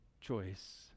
choice